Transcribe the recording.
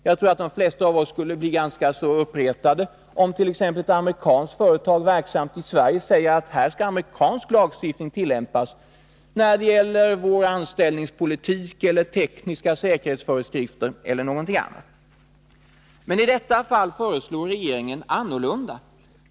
Jag tror att de flesta av oss skulle bli ganska uppretade om t.ex. ett amerikanskt företag, verksamt i Sverige, säger att amerikansk lagstiftning skall tillämpas när det gäller anställningspolitiken, tekniska säkerhetsföreskrifter eller någonting annat. Men i detta fall föreslår regeringen annorlunda.